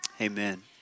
Amen